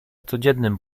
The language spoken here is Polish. codziennym